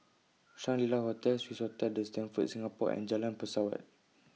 Shangri La Hotel Swissotel The Stamford Singapore and Jalan Pesawat